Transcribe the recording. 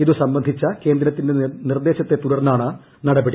ഇതു സംബന്ധിച്ച കേന്ദ്രത്തിന്റെ നിർദ്ദേശത്ത് തുടർന്നാണ് നടപടി